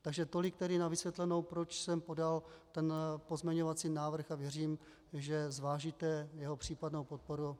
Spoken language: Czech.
Takže tolik tedy na vysvětlenou, proč jsem podal ten pozměňovací návrh, a věřím, že zvážíte jeho případnou podporu.